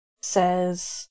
says